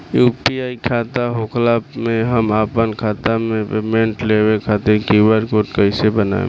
UPI खाता होखला मे हम आपन खाता मे पेमेंट लेवे खातिर क्यू.आर कोड कइसे बनाएम?